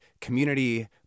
community